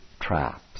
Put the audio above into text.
traps